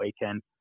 weekend